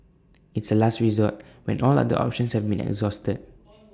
it's A last resort when all other options have been exhausted